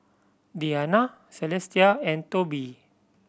Deana Celestia and Tobi